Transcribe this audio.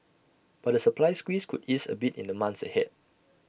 but the supply squeeze could ease A bit in the months ahead